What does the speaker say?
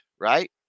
right